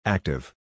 Active